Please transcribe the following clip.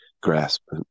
grasp